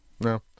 No